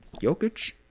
Jokic